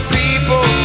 people